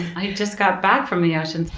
i just got back from the ocean.